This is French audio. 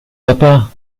papa